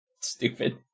stupid